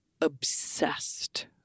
obsessed